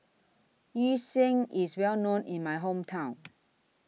Yu Sheng IS Well known in My Hometown